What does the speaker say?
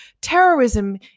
terrorism